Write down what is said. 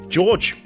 George